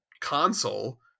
console